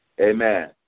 Amen